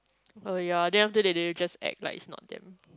oh ya they have to do just act like it's not them